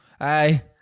Aye